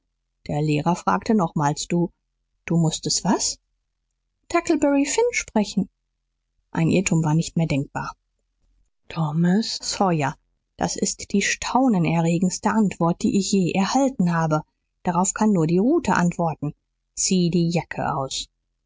der lehrer fragte nochmals du du mußtest was mit huckleberry finn sprechen ein irrtum war nicht mehr denkbar thomas sawyer das ist die staunenerregendste antwort die ich je erhalten habe darauf kann nur die rute antworten zieh die jacke aus